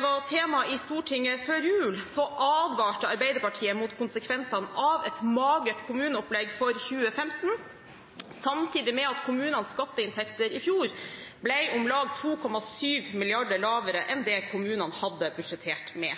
var tema i Stortinget før jul, advarte Arbeiderpartiet mot konsekvensene av et magert kommuneopplegg for 2015 samtidig med at kommunenes skatteinntekter i fjor ble om lag 2,7 mrd. kr lavere enn det kommunene hadde budsjettert med.